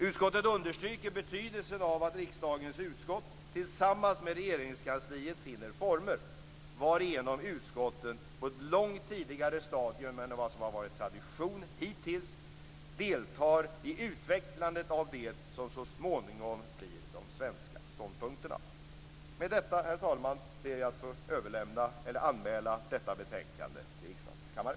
Utskottet understryker betydelsen av att riksdagens utskott tillsammans med Regeringskansliet finner former varigenom utskotten på ett långt tidigare stadium än vad som har varit tradition hittills deltar i utvecklandet av det som så småningom blir de svenska ståndpunkterna. Med detta, herr talman, ber jag att få anmäla detta betänkande till riksdagens kammare.